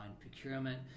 procurement